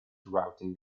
routing